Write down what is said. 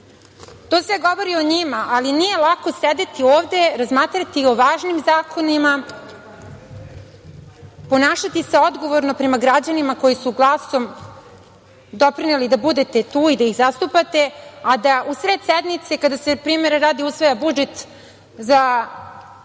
sve govori o njima, ali nije lako sedeti ovde, razmatrati o važnim zakonima, ponašati se odgovorno prema građanima koji su glasom doprineli da budete tu i da ih zastupate, a da u sred sednice, kada se, primera radi, usvaja budžet za